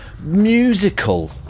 musical